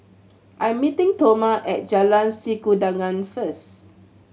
I am meeting Toma at Jalan Sikudangan first